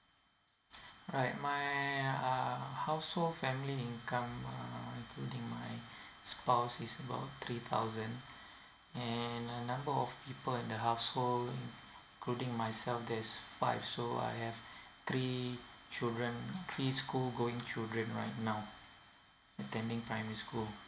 right my uh household family income uh including my spouse is about three thousand and the number of people in the household including myself there's five so I have three children three school going children right now attending primary school